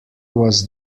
was